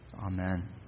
Amen